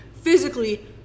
physically